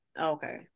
Okay